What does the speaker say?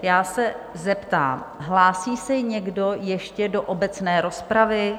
Já se zeptám, hlásí se někdo ještě do obecné rozpravy?